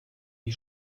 die